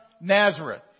Nazareth